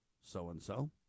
so-and-so